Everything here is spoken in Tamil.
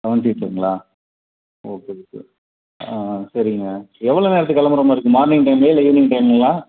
சவன் சீட்டர்ங்களா ஓகே ஓகே ஆ ஆ சரிங்க எவ்வளோ நேரத்துக்கு கிளம்புற மாதிரிருக்கும் மார்னிங் டைம்லேயா இல்லை ஈவ்னிங் டைமுங்களா